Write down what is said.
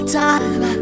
time